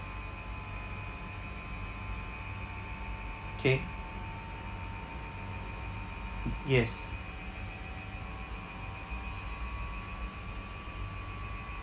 K yes